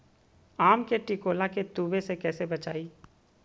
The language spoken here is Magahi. आम के टिकोला के तुवे से कैसे बचाई?